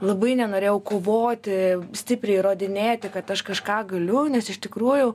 labai nenorėjau kovoti stipriai įrodinėti kad aš kažką galiu nes iš tikrųjų